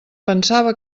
pensava